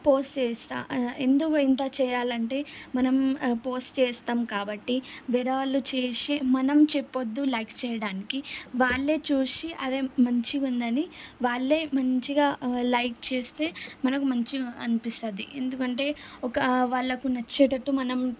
post చేస్తాను ఎందుకు ఇంత చేయాలి అంటే మనం పోస్ట్ చేస్తాం కాబట్టి వేరే వాళ్ళు చేసి మనం చెప్పొద్దు లైక్ చేయడానికి వాళ్ళే చూసి అరే మంచిగుందని వాళ్ళే మంచిగా లైక్ చేస్తే మనకు మంచిగా అనిపిస్తుంది ఎందుకంటే ఒక వాళ్ళకు నచ్చేటట్టు మనం